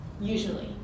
usually